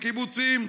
הקיבוצים,